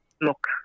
look